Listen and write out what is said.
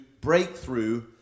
breakthrough